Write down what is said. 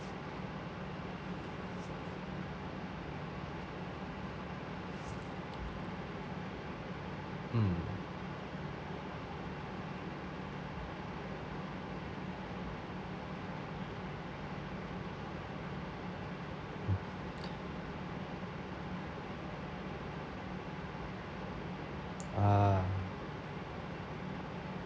mm ah